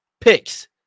picks